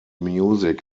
music